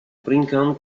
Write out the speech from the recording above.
brincando